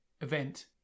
event